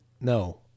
no